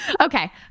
Okay